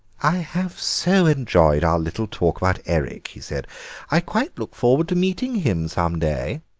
i have so enjoyed our little talk about eric, he said i quite look forward to meeting him some day.